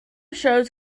shows